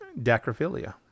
Dacrophilia